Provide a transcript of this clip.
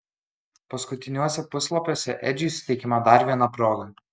paskutiniuose puslapiuose edžiui suteikiama dar viena proga